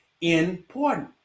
important